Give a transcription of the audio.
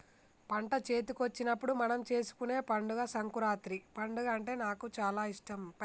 పంట చేతికొచ్చినప్పుడు మనం చేసుకునే పండుగ సంకురాత్రి పండుగ అంటే నాకు చాల ఇష్టం